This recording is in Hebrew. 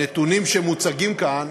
הנתונים שמוצגים כאן